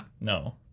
No